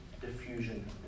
diffusion